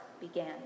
began